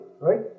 right